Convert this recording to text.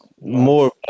more